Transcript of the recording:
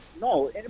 no